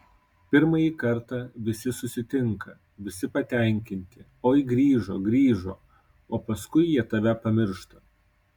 pirmąjį kartą visi susitinka visi patenkinti oi grįžo grįžo o paskui jie tave pamiršta